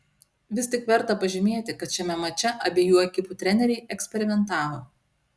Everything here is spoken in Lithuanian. vis tik verta pažymėti kad šiame mače abiejų ekipų treneriai eksperimentavo